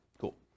Cool